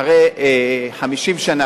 אחרי 50 שנה,